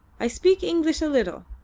i speak english a little,